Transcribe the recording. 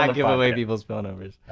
not give away people's phone numbers.